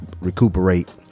recuperate